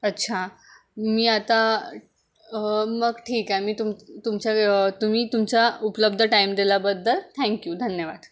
अच्छा मी आता मग ठीक आहे मी तुम तुमच्या तुम्ही तुमचा उपलब्ध टाईम दिल्याबद्दल थँक्यू धन्यवाद